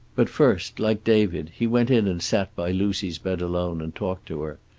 but first, like david, he went in and sat by lucy's bed alone and talked to her.